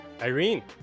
Irene